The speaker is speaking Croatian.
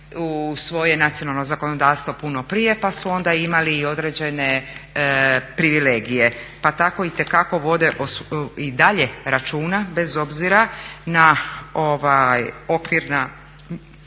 u svoje nacionalno zakonodavstvo puno prije pa su onda imali i određene privilegije pa tako itekako vode i dalje računa bez obzira na okvirna